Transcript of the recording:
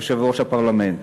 יושב-ראש הפרלמנט.